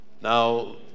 now